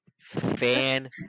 Fan